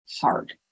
hard